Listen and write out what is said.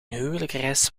huwelijksreis